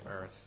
earth